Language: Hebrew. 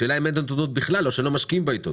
השאלה אם אין עיתונות בכלל או שלא משקיעים בעיתונות.